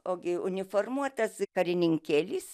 ogi uniformuotas karininkėlis